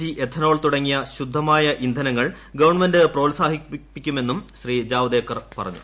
G ethanol തുടങ്ങിയ ശുദ്ധ്മായ് ഇന്ധനങ്ങൾ ഗവൺമെന്റ് പ്രോത്സാഹിപ്പിക്കുമെന്ന് ശ്രീ ജാവ്ദേക്കർ പറഞ്ഞു